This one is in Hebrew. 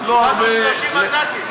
התחזקנו, קיבלנו 30 מנדטים.